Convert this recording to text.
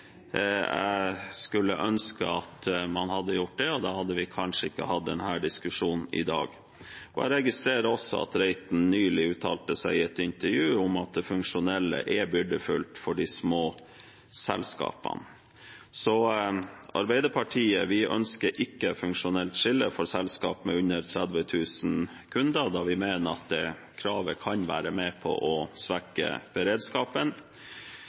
Jeg skulle ønske at man hadde gjort det, da hadde vi kanskje ikke hatt denne diskusjonen i dag. Jeg registrerer også at Reiten nylig uttalte seg i et intervju om at funksjonelt skille er byrdefullt for de små selskapene. Arbeiderpartiet ønsker ikke funksjonelt skille for selskap med under 30 000 kunder da vi mener at det kravet kan være med på å svekke beredskapen.